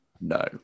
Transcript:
No